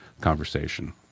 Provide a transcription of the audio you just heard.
conversation